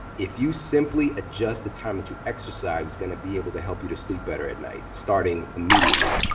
if you simply adjust the time that you exercise, it's going to be able to help you to sleep better at night starting immediately.